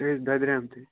سُہ حظ چھُ دۄدریوٚمتُے